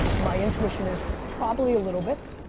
my intuition is probably a little bit,